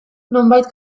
nonbait